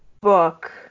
book